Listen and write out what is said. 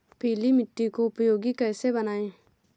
पीली मिट्टी को उपयोगी कैसे बनाएँ?